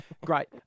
Great